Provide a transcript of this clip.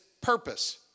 purpose